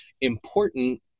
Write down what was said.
important